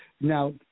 Now